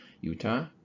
Utah